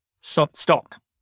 stock